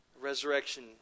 resurrection